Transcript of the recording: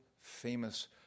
famous